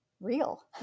real